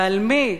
ועל מי?